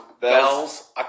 Bells